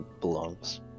belongs